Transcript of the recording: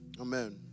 amen